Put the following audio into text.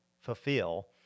fulfill